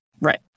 Right